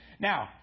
now